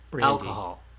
alcohol